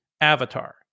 Avatar